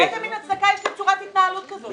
איזו מין הצדקה יש לצורת התנהלות כזאת?